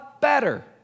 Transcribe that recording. better